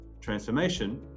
transformation